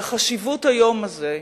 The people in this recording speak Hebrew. וחשיבות היום הזה,